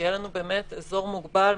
שיהיה לנו באמת אזור מוגבל,